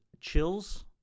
chills